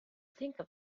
think